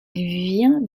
vient